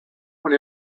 when